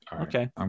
Okay